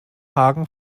hagen